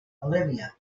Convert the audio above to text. olivia